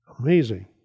Amazing